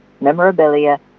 memorabilia